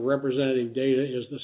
representative data has the